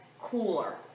cooler